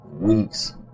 weeks